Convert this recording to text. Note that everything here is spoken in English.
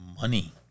money